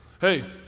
hey